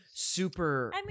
Super